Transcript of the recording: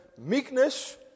meekness